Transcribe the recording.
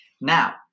Now